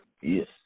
Yes